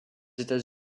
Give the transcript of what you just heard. états